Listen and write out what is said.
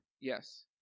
Yes